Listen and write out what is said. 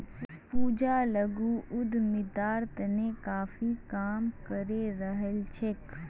पूजा लघु उद्यमितार तने काफी काम करे रहील् छ